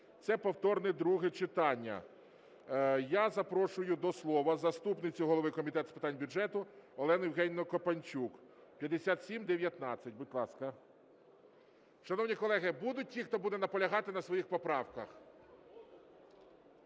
Це повторне друге читання. Я запрошую до слова заступницю голови Комітету з питань бюджету Олену Євгенівну Копанчук. 5719, будь ласка. Шановні колеги, будуть ті, хто буде наполягати на своїх поправках?